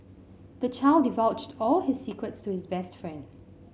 the child divulged all his secrets to his best friend